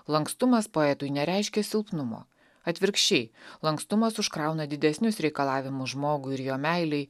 lankstumas poetui nereiškia silpnumo atvirkščiai lankstumas užkrauna didesnius reikalavimus žmogui ir jo meilei